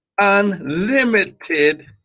unlimited